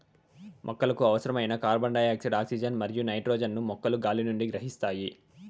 మొక్కలకు అవసరమైన carbon dioxide, oxygen మరియు నైట్రోజన్ ను మొక్కలు గాలి నుండి గ్రహిస్తాయి